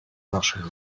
naszych